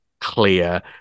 clear